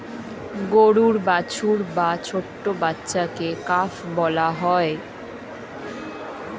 গরুর বাছুর বা ছোট্ট বাচ্ছাকে কাফ বলা হয়